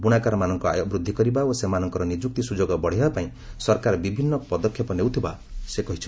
ବୁଣାକାରମାନଙ୍କ ଆୟ ବୃଦ୍ଧି କରିବା ଓ ସେମାନଙ୍କର ନିଯୁକ୍ତି ସୁଯୋଗ ବଢ଼ାଇବା ପାଇଁ ସରକାର ବିଭିନ୍ନ ପଦକ୍ଷେପ ନେଉଥିବା ସେ କହିଛନ୍ତି